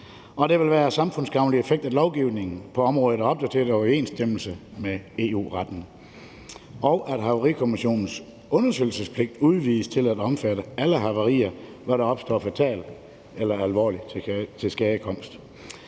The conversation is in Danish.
Det vil have en samfundsgavnlig effekt, at lovgivningen på området bliver opdateret i overensstemmelse med EU-retten, og at Havarikommissionens undersøgelsespligt udvides til at omfatte alle havarier, hvor der opstår fatal eller alvorlig tilskadekomst,